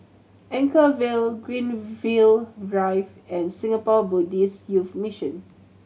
Anchorvale Greenfield Drive and Singapore Buddhist Youth Mission